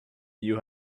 you